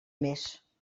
més